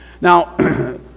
now